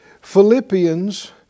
Philippians